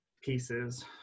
pieces